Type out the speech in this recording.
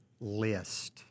list